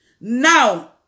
Now